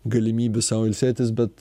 galimybių sau ilsėtis bet